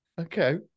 okay